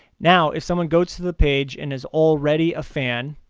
now if someone goes to the page and is already a fan,